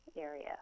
area